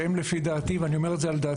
שהם לפי דעתי האישית,